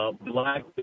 black